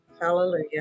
Hallelujah